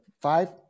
five